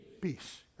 peace